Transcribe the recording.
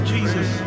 Jesus